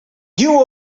you